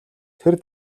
тэр